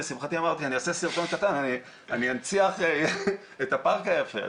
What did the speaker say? לשמחתי אמרתי שאני אעשה סרטון קטן ואנציח את הפארק היפה הזה.